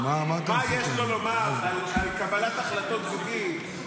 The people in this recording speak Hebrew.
מה זה --- מה יש לו לומר על קבלת החלטות זוגית.